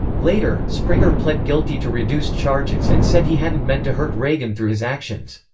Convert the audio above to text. later, springer pled guilty to reduced charges and said he hadn't meant to hurt reagan through his actions.